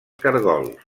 caragols